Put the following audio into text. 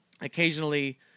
occasionally